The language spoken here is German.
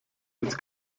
als